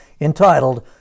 entitled